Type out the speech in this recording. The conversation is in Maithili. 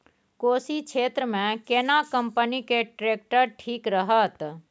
कोशी क्षेत्र मे केना कंपनी के ट्रैक्टर ठीक रहत?